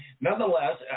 nonetheless